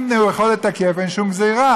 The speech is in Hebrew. אם הוא יכול לתקף, אין שום גזרה.